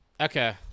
Okay